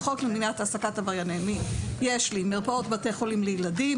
בחוק למניעת עברייני מין יש לי מרפאות בתי חולים לילדים,